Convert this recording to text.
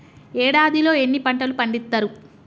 ఏడాదిలో ఎన్ని పంటలు పండిత్తరు?